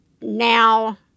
now